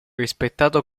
rispettato